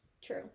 True